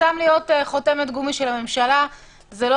וסתם להיות חותמת גומי של הממשלה זה לא